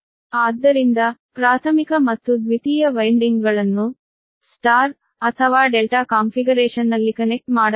ಆದ್ದರಿಂದ ಪ್ರಾಥಮಿಕ ಮತ್ತು ದ್ವಿತೀಯ ವೈನ್ಡಿಂಗ್ಗಳನ್ನು ಸ್ಟಾರ್ ಅಥವಾ ಡೆಲ್ಟಾ ಕಾನ್ಫಿಗರೇಶನ್ನಲ್ಲಿಕನೆಕ್ಟ್ ಮಾಡಬಹುದು